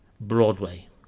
Broadway